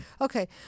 Okay